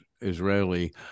israeli